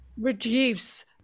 reduce